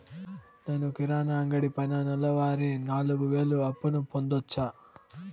నేను కిరాణా అంగడి పైన నెలవారి నాలుగు వేలు అప్పును పొందొచ్చా?